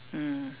mm